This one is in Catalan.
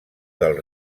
del